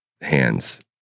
hands